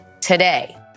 today